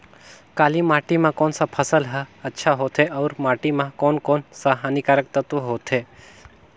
काली माटी मां कोन सा फसल ह अच्छा होथे अउर माटी म कोन कोन स हानिकारक तत्व होथे?